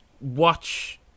Watch